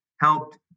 helped